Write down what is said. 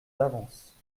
d’avance